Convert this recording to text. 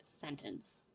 sentence